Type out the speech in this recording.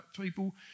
people